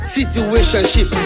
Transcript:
Situationship